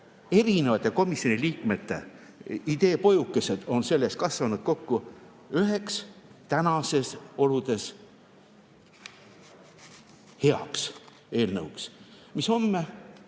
erinevate komisjoni liikmete ideepojukesed on kasvanud kokku üheks tänastes oludes heaks eelnõuks, mis homme